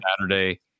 Saturday